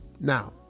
Now